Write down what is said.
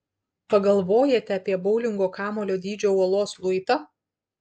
pagalvojate apie boulingo kamuolio dydžio uolos luitą